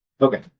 Okay